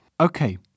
okay